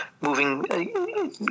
moving